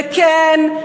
וכן,